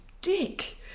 dick